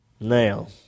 now